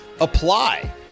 apply